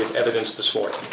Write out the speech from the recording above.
evidence this morning.